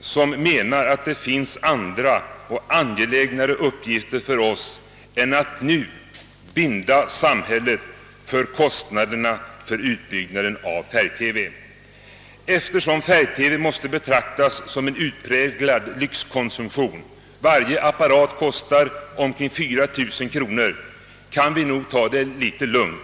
som anser att det finns andra och angelägnare uppgifter för oss än att nu binda samhället för kostnaderna för utbyggnaden av färg-TV. Eftersom färg-TV måste betraktas som en utpräglad lyxkonsumtion — varje apparat kostar omkring 4000 kronor — kan vi nog ta det lite lugnt.